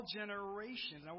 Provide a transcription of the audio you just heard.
generations